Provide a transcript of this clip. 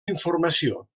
informació